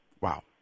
Wow